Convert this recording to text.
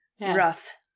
Rough